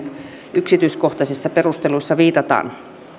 yksityiskohtaisissa perusteluissa viitataan